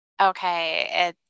okay